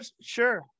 Sure